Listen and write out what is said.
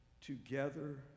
together